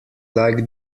like